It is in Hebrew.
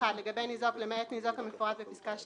(1)לגבי ניזוק למעט ניזוק כמפורט בפסקה (2)